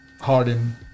Harden